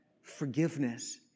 forgiveness